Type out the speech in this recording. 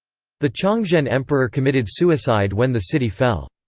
the chongzhen emperor committed suicide when the city fell.